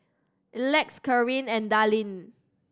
Elex Kareen and Dallin